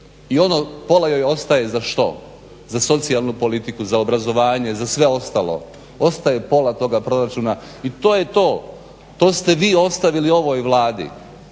i ono pola joj ostaje za što, za socijalnu politiku, za obrazovanje, za sve ostalo. Ostaje pola toga proračuna i to je to, to ste vi ostavili ovoj Vladi